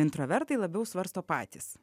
introvertai labiau svarsto patys